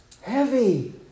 Heavy